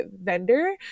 vendor